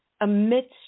amidst